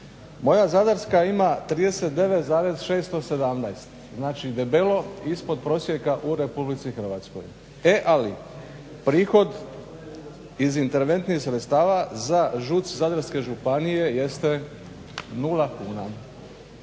Moja Zadarska ima 39,617 znači debelo ispod prosjeka u Republici Hrvatskoj. E ali, prihod iz interventnih sredstava za ŽUC Zadarske županije jeste nula